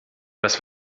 das